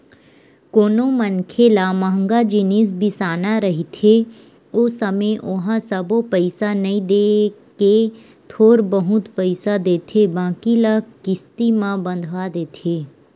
कोनो मनखे ल मंहगा जिनिस बिसाना रहिथे ओ समे ओहा सबो पइसा नइ देय के थोर बहुत पइसा देथे बाकी ल किस्ती म बंधवा देथे